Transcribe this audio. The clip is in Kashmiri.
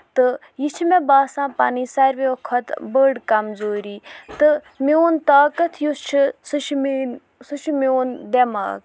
تہٕ یہِ چھِ مےٚ باسان پَنٕنۍ سارویو کھۄتہٕ بٔڑ کَمزوٗری تہٕ میوٚن طاقت یُس چھُ سُہ چھِ میٲنۍ سُہ چھُ میوٚن دٮ۪ماغ